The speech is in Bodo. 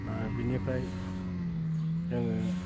दा बेनिफ्राय जोङो